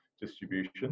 distribution